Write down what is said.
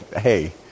Hey